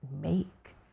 make